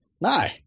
no